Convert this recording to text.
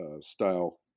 style